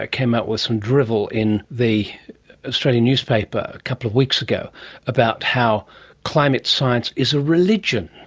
ah came out with some drivel in the australian newspaper a couple of weeks ago about how climate science is a religion.